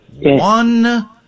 One